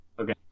Okay